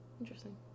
interesting